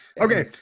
okay